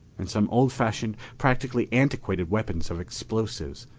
and some old-fashioned, practically antiquated weapons of explosives,